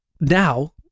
now